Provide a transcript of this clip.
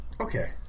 Okay